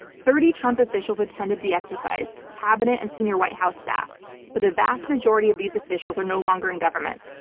thirty trump officials attended the exercise, cabinet and senior white house staff but the vast majority of these officials are no longer in government.